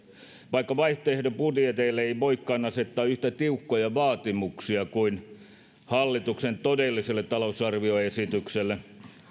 vaikka vaihtoehtobudjeteille ei voidakaan asettaa yhtä tiukkoja vaatimuksia kuin hallituksen todelliselle talousarvioesitykselle